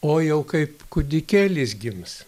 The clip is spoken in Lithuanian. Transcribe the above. o jau kaip kūdikėlis gims